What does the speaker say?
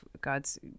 God's